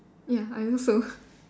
ya I also